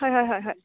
হয় হয় হয় হয়